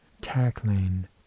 tackling